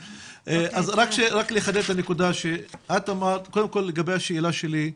רק לחדש את הנקודה, קודם כל לגבי השאלה שלי,